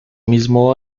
mismo